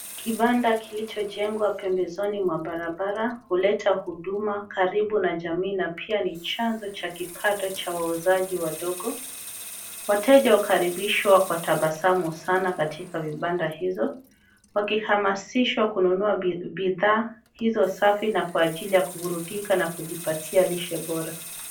Kibanda kilichojengwa pembezoni mwa barabara, huleta huduma karibu na jamii, na pia ni chanzo cha kipato cha wauzaji wadogo. Wateja wakaribishwa kwa tabasamu sana katika vibanda hizo, wakihamasishwa kununua bidhaa hizo safi, na kwa ajili ya kuburudika na kujipatia lishe bora.